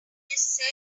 said